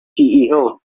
ceo